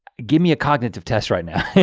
give me a cognitive test right now.